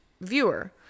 viewer